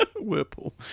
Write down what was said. Whirlpool